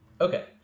Okay